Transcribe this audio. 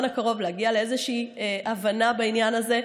הקרוב להגיע לאיזושהי הבנה בעניין הזה,